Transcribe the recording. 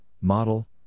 model